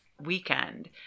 weekend